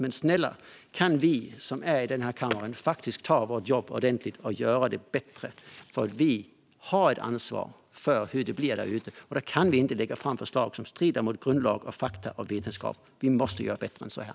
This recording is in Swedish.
Men snälla, kan vi i denna kammare ta vårt jobb på allvar och göra det bättre. Vi har ett ansvar för hur det blir där ute. Då kan vi inte lägga fram förslag som strider mot grundlagen, fakta och vetenskap. Vi måste göra bättre än så här.